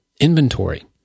inventory